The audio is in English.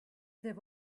there